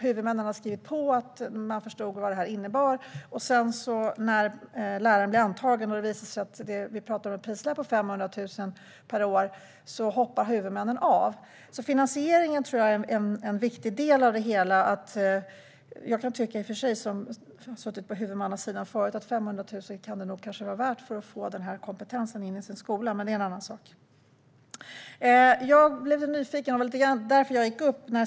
Huvudmännen hade skrivit på; de förstod vad det innebar. Men när läraren blivit antagen och det visade sig att prislappen låg på 500 000 per år hoppade huvudmännen av. Finansieringen är alltså en viktig del. Jag, som har suttit på huvudmannasidan förut, kan i och för sig tycka att det kan vara värt 500 000 för att få in den kompetensen på sin skola. Men det är en annan sak.